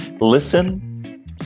Listen